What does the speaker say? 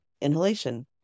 inhalation